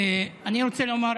אני רוצה לומר,